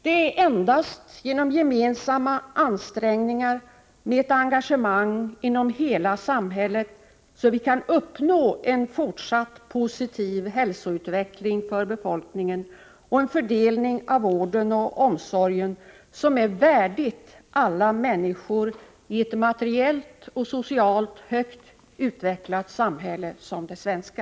Det är endast genom gemensamma ansträngningar med ett engagemang inom hela samhället som vi kan uppnå en fortsatt positiv hälsoutveckling för befolkningen och en fördelning av vården och omsorgen som är värdig alla människor i ett materiellt och socialt högt utvecklat samhälle som det svenska.